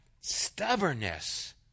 stubbornness